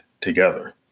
together